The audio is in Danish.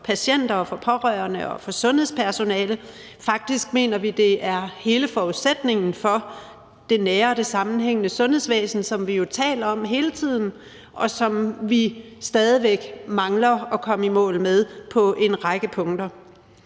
patienter, for pårørende og for sundhedspersonale. Faktisk mener vi, at det er hele forudsætningen for det nære og det sammenhængende sundhedsvæsen, som vi jo taler om hele tiden, og som vi stadig væk mangler at komme i mål med på en række punkter.